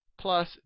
plus